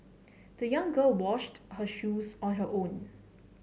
the young girl washed her shoes on her own